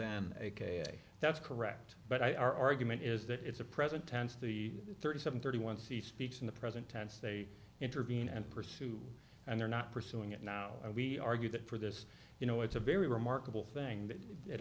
ok that's correct but our argument is that it's a present tense the thirty seven thirty one c speaks in the present tense they intervene and pursue and they're not pursuing it now we argue that for this you know it's a very remarkable thing